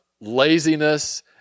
laziness